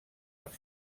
els